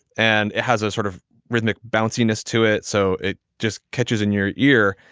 and it has a sort of rhythmic bounciness to it. so it just catches in your ear,